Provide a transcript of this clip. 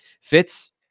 fitz